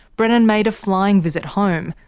brennan made a flying visit home,